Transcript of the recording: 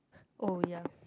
oh ya